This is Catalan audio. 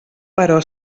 però